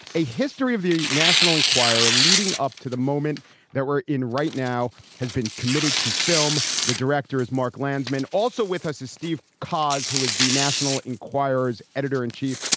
a history of the national enquirer leading up to the moment that we're in right now has been committed to film the director is mark landsman. also with us is steve cause who is the national enquirer's editor in chief.